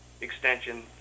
extension